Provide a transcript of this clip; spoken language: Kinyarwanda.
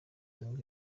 nibwo